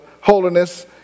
holiness